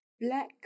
Black